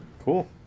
cool